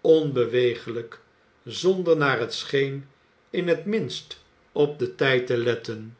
onbeweeglijk zonder naar het scheen in het minst op den tijd te letten